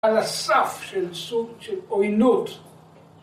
‫על הסף של סוג של עוינות.